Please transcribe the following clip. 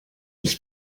ich